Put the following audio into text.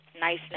Nice